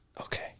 okay